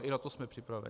I na to jsme připraveni.